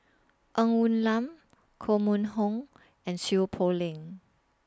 Ng Woon Lam Koh Mun Hong and Seow Poh Leng